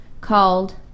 called